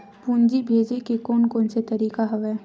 पूंजी भेजे के कोन कोन से तरीका हवय?